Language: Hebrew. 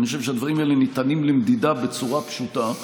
ואני חושב שהדברים האלה ניתנים למדידה בצורה פשוטה,